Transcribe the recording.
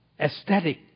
aesthetic